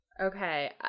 Okay